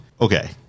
Okay